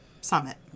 Summit